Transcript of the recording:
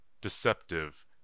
deceptive